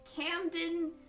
Camden